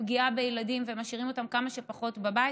הפגיעה בילדים ומשאירים אותם כמה שפחות בבית,